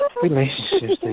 relationships